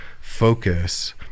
focus